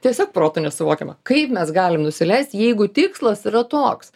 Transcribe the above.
tiesiog protu nesuvokiama kaip mes galim nusileisti jeigu tikslas yra toks